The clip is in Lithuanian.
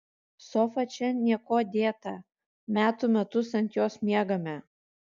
sofa čia niekuo dėta metų metus ant jos miegame